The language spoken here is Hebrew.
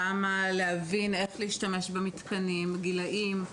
וכך גם ההבנה של האופן בו משתמשים במתקנים ושל הגילאים.